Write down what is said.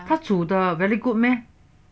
她煮的 very good meh